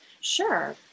Sure